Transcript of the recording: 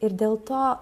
ir dėl to